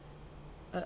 uh